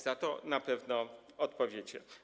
Za to na pewno odpowiecie.